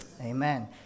Amen